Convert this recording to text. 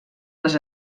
les